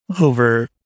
over